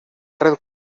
red